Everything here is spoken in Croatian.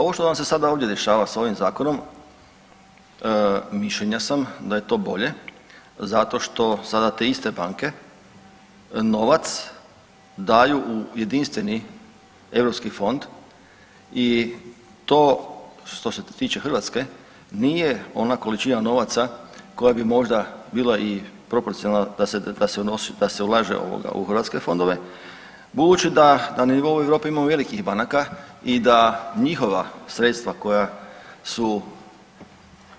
Ovo što vam se sada ovdje dešava s ovim Zakonom, mišljenja sam da je to bolje zato što sada te iste banke novac daju u Jedinstveni europski fond i to što se tiče Hrvatske nije ona količina novaca koja bi možda bila i proporcionalna da se unosi, da se ulaže u hrvatske fondove, budući da nivou Europe imamo velikih banaka i da njihova sredstva koja su